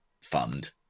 fund